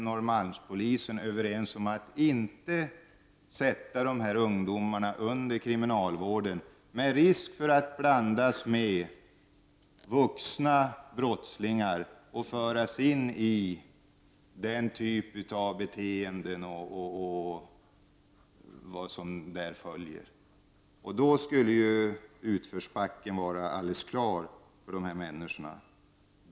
Norrmalmspolisen, överens om att inte placera dessa ungdomar under kriminalvården, där det finns risk för att de blandas med vuxna brottslingar och förs in i deras beteenden, med vad som därav följer. Då skulle dessa ungdomar helt klart hamna i utförsbacken.